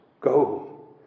go